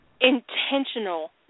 intentional